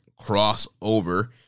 crossover